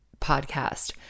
podcast